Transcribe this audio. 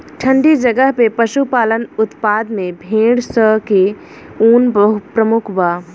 ठंडी जगह के पशुपालन उत्पाद में भेड़ स के ऊन प्रमुख बा